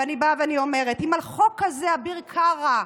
ואני באה ואומרת שאם על חוק כזה אביר קארה,